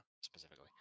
specifically